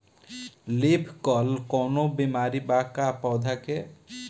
Leaf curl कौनो बीमारी बा का पौधा के?